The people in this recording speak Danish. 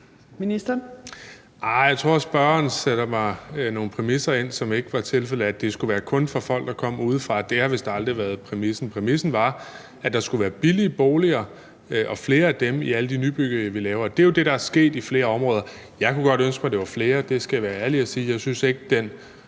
Arh, jeg tror, at spørgeren sætter nogle præmisser op, som ikke var tilfældet, altså at det kun skulle være for folk, der kom udefra. Det har vist aldrig været præmissen. Præmissen var, at der skulle være billige boliger og flere af dem i alle de nybyggerier, vi laver. Og det er jo det, der er sket i flere områder. Jeg kunne godt ønske mig, at det var flere – det skal jeg være ærlig at sige. Jeg synes ikke, at den